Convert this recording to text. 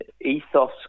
Ethos